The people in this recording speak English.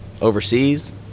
overseas